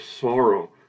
sorrow